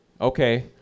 Okay